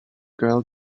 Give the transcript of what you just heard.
girl